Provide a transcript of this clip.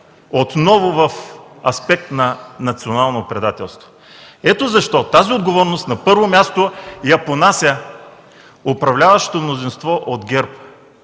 отново в аспект на национално предателство. Ето защо тази отговорност, на първо място, я понася управляващото мнозинство от ГЕРБ,